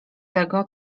tego